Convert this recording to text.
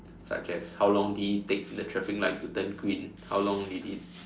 such as how long did it take the traffic light to turn green how long did it